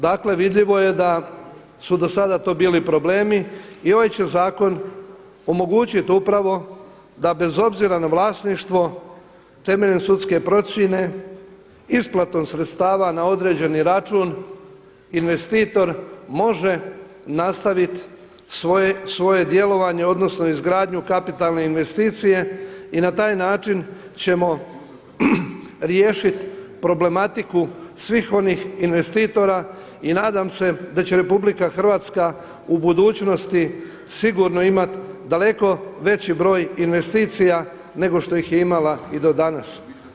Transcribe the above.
Dakle, vidljivo je da su do sada to bili problemi i ovaj će zakon omogućiti upravo da bez obzira na vlasništvo temeljem sudske procjene isplatom sredstava na određeni račun investitor može nastaviti svoje djelovanje, odnosno izgradnju kapitalne investicije i na taj način ćemo riješit problematiku svih onih investitora i nadam se da će RH u budućnosti sigurno imat daleko veći broj investicija nego što ih je imala i do danas.